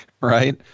Right